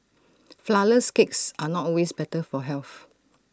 Flourless Cakes are not always better for health